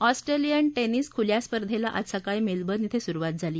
ऑस्ट्रेलियनं tennis खुल्या स्पर्धेला आज सकाळी मेलर्वन ध्वें सुरुवात झाली